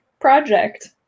project